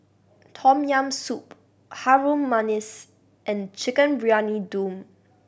Tom Yam Soup Harum Manis and Chicken Briyani Dum